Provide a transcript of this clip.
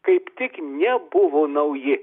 kaip tik nebuvo nauji